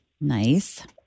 Nice